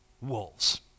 wolves